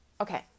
Okay